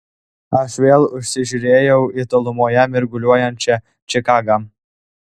aš vėl užsižiūrėjau į tolumoje mirguliuojančią čikagą